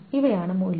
ഇവയാണ് മൂല്യങ്ങൾ